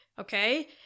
Okay